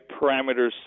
parameters